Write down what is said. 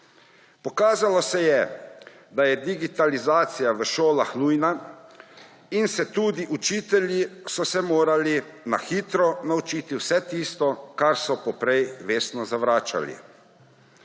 Pokazalo se je, da je digitalizacija v šolah nujna, in tudi učitelji so se morali na hitro naučiti vse tisto, kar so poprej vestno zavračali.